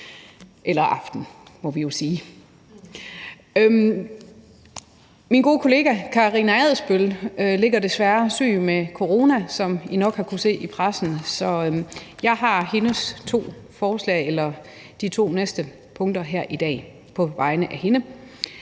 gode kollega Karina Adsbøl ligger desværre syg med corona, som I nok har kunnet se i pressen, så jeg er på som ordfører her i dag på de næste